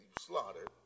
slaughtered